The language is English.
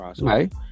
right